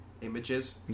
images